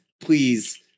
please